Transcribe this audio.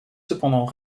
cependant